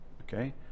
Okay